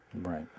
Right